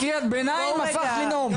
מקריאת ביניים הפכת לנאום.